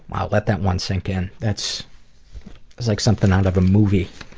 i'll let that one sink in. that's like something out of a movie.